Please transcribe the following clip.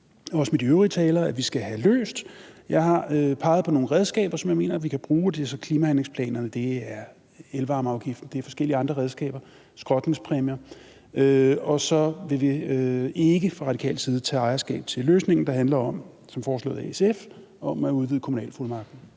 enig med de øvrige talere i at vi skal have løst. Jeg har peget på nogle redskaber, som jeg mener at vi kan bruge, og det er så klimahandlingsplanerne, det er elvarmeafgiften, det er forskellige andre redskaber, skrotningspræmier, og så vil vi ikke fra radikal side tage ejerskab til løsningen, der handler – som foreslået af SF – om at udvide kommunalfuldmagten.